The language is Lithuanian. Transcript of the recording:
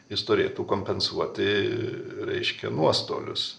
jis turėtų kompensuoti reiškia nuostolius